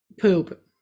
poop